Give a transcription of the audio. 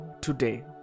today